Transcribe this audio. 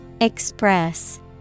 Express